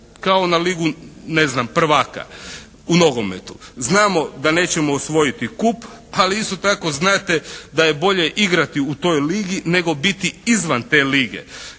kao na ligu prvaka u nogometu. Znamo da nećemo osvojiti kup, ali isto tako znate da je bolje igrati u toj ligi nego biti izvan te lige.